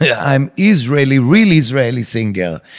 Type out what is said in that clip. yeah i'm israeli, real israeli singer.